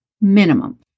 minimum